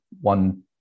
one